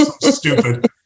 stupid